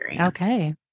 Okay